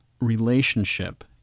relationship